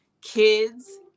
kids